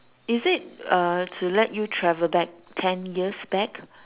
is it uh to let you travel back ten years back